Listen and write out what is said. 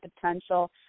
potential